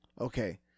Okay